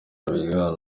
bigana